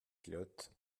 pilote